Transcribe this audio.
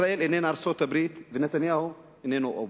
ישראל איננה ארצות-הברית ונתניהו איננו אובמה.